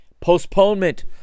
postponement